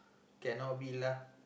cannot be lah